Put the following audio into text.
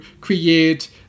create